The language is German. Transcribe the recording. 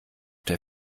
der